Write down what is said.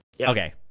okay